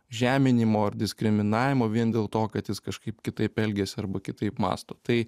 žeminimo ar diskriminavimo vien dėl to kad jis kažkaip kitaip elgiasi arba kitaip mąsto tai